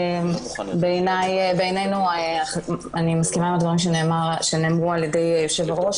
אני מסכימה עם הדברים שנאמרו על ידי יושב-הראש,